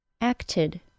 acted